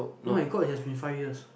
oh-my-god it has been five years